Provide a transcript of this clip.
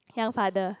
young father